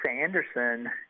Anderson